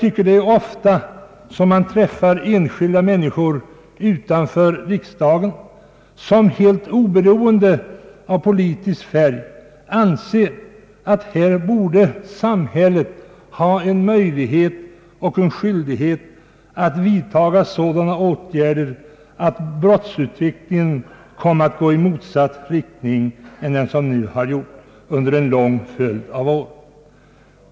Det är ofta man träffar enskilda människor utanför riksdagen som helt oberoende av politisk färg anser att samhället borde ha en möjlighet och en skyldighet att vidtaga sådana åtgärder, att brottsutvecklingen kommer att gå i motsatt riktning än den nu har gjort under en lång följd av år.